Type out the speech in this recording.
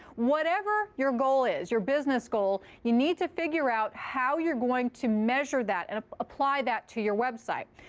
whatever your goal is, your business goal, you need to figure out how you're going to measure that and apply that to your website.